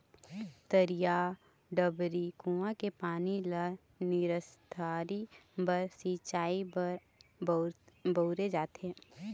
तरिया, डबरी, कुँआ के पानी ल निस्तारी बर, सिंचई बर बउरे जाथे